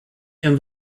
and